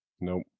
Nope